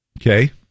Okay